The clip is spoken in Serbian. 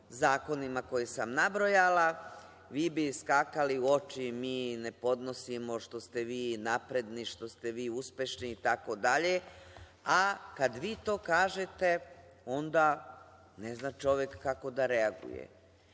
zakonima koje sam nabrojala, vi bi skakali u oči, mi ne podnosimo što ste vi napredni, što ste vi uspešni, itd, a kada vi to kažete onda ne zna čovek kako da reaguje.